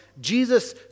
Jesus